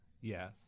Yes